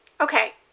Okay